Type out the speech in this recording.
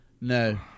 No